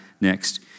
next